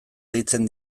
deitzen